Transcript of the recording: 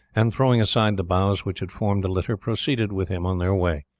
and throwing aside the boughs which had formed the litter, proceeded with him on their way.